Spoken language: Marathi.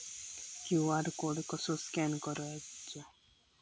क्यू.आर कोड कसो स्कॅन करायचो?